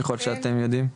ככל שאתם יודעים?